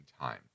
time